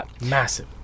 Massive